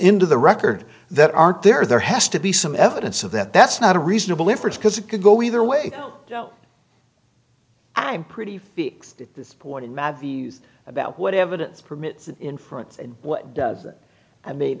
into the record that aren't there there has to be some evidence of that that's not a reasonable inference because it could go either way i'm pretty fixed at this point in my views about what evidence permits and inference and what does it i mean